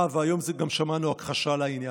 אה, והיום גם שמענו הכחשה לעניין.